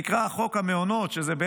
שנקרא "חוק המעונות" שזה,